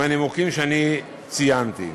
מהנימוקים שאני ציינתי.